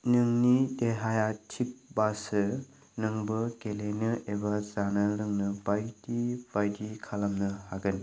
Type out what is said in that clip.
नोंनि देहाया थिगबासो नोंबो गेलेनो एबा जानो लोंनो बायदि बायदि खालामनो हागोन